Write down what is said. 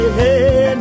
hey